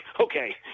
okay